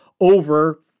over